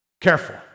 Careful